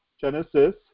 Genesis